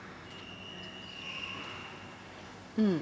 mm